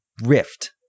rift